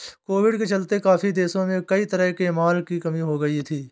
Covid के चलते काफी देशों में कई तरह के माल की कमी हो गई थी